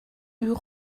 eût